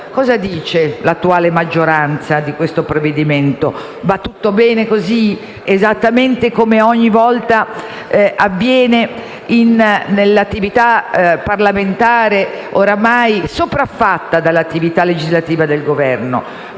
Cosa dice l'attuale maggioranza di questo provvedimento? Va tutto bene così? Esattamente come avviene ogni volta l'attività parlamentare è oramai sopraffatta dall'attività legislativa del Governo.